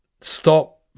stop